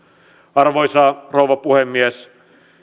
arvoisa rouva puhemies